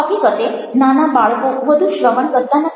હકીકતે નાના બાળકો વધુ શ્રવણ કરતા નથી